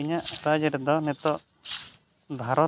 ᱤᱧᱟᱹᱜ ᱨᱟᱡᱽ ᱨᱮᱫᱚ ᱱᱤᱛᱳᱜ ᱵᱷᱟᱨᱚᱛ